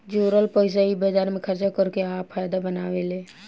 जोरल पइसा इ बाजार मे खर्चा कर के आ फायदा बनावेले